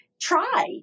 try